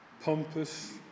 pompous